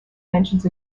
mentions